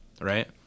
right